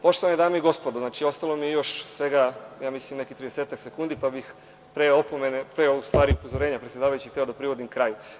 Poštovane dame i gospodo, znači, ostalo mi je još svega ja mislim nekih tridesetak sekundi, pa bih pre upozorenja predsedavajućeg hteo da privodim kraju.